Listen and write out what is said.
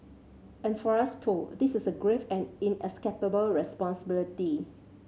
and for us too this is a grave and inescapable responsibility